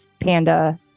Panda